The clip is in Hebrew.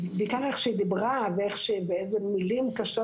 בעיקר איך שהיא דיברה ואיזה מילים קשות